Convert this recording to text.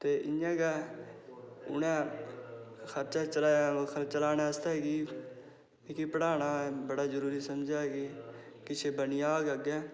ते इ'यां गै उ'नें खर्चा चलाया खर्चा चलाने आस्तै मिगी पढ़ाना बड़ा जरूरी समझेआ कि किश बनी जाह्ग अग्गें